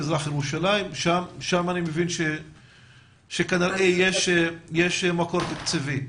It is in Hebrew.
מזרח ירושלים שם אני מבין שיש מקור תקציבי.